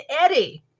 Eddie